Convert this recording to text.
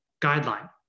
guideline